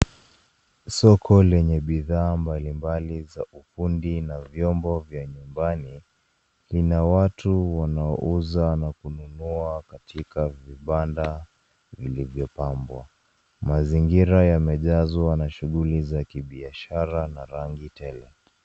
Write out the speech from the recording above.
Soko lenye bidhaa mbalimbali za ufundi na na vyombovya nyumbani vina watu wanauza na kununua katika vibanda vilivyopabwa. Mazingira yamejazwa na shughuli za kibiashara na rangi tele.